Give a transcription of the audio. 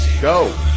go